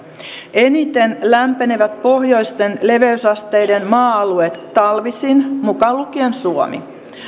eniten lämpenevät pohjoisten leveysasteiden maa alueet talvisin mukaan lukien suomi